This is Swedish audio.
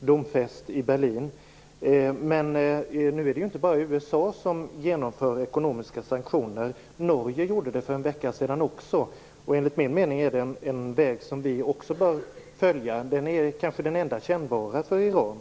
domfäst i Berlin. Men det är inte bara USA som genomför ekonomiska sanktioner. Norge gjorde det för en vecka sedan. Enligt min mening är det en väg som även vi bör följa. Det är kanske det enda kännbara för Iran.